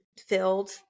filled